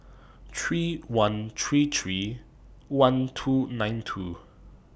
three one three three one two nine two